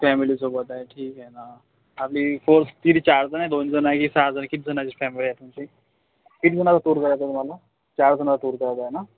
फॅमिलीसोबत आहे ठीक आहे ना आपली फोर किती चार जणं आहे दोन जणं की सहा जणं किती जणाची फॅमिली आहे तुमची किती जणांचा टूर करायचं आहे तुम्हाला चार जणांचा टूर करायचं आहे ना